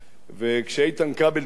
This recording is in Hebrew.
וכשחבר הכנסת איתן כבל דיבר,